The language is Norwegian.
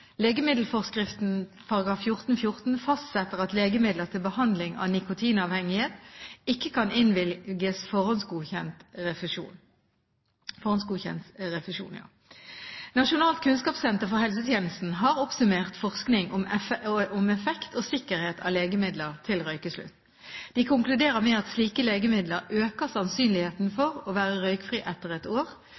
Legemiddelforskriften § 14-14 fastsetter at legemidler til behandling av nikotinavhengighet ikke kan innvilges forhåndsgodkjent refusjon. Nasjonalt kunnskapssenter for helsetjenesten har oppsummert forskning om effekt og sikkerhet av legemidler til røykeslutt. De konkluderer med at slike legemidler øker sannsynligheten for å være røykfri etter ett år,